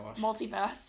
Multiverse